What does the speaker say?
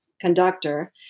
conductor